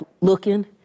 looking